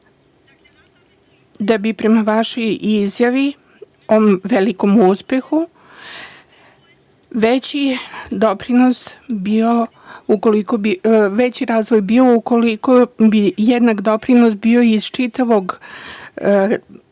da bi, prema vašoj izjavi o velikom uspehu, veći razvoj bio ukoliko bi jednak doprinos bio iz čitavog reona,